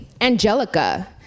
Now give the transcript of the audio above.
Angelica